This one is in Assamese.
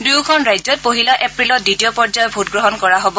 দুয়োখন ৰাজ্যত পহিলা এপ্ৰিলত দ্বিতীয় পৰ্যায়ৰ ভোটগ্ৰহণ কৰা হ'ব